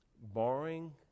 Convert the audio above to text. Barring